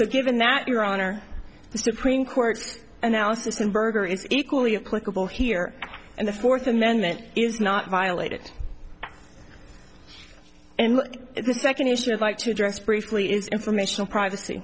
given that your honor supreme court's analysis in berger is equally applicable here and the fourth amendment is not violated and the second issue would like to address briefly is information privacy